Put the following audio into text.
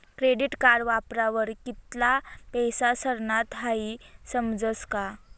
credit card वापरावर कित्ला पैसा सरनात हाई समजस का